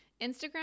Instagram